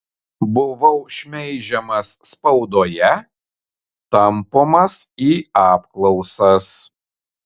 buvau šmeižiamas spaudoje tampomas į apklausas